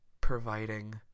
providing